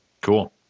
Cool